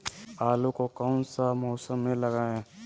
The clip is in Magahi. आलू को कौन सा मौसम में लगाए?